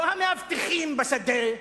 לא המאבטחים בשדה,